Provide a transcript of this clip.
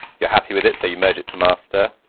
you're happy with it, so you merge it to master.